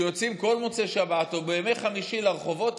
שיוצאים כל מוצאי שבת או בימי חמישי לרחובות,